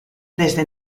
desde